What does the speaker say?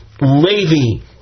Levy